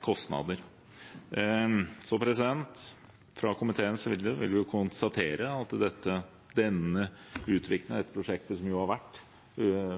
kostnader. Fra komiteens side vil vi konstatere at utviklingen av dette prosjektet